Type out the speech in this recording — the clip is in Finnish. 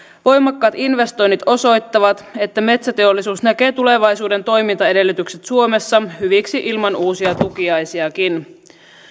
voimakkaat investoinnit osoittavat että metsäteollisuus näkee tulevaisuuden toimintaedellytykset suomessa hyviksi ilman uusia tukiaisiakin